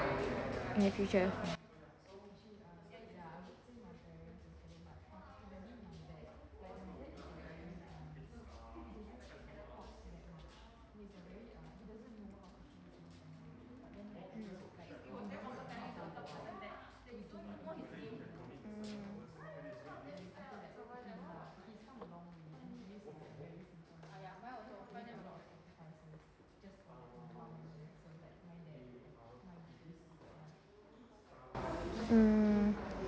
have future mm mm